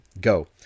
go